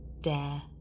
dare